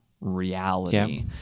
reality